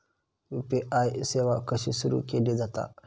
UPI सेवा कशी सुरू केली जाता?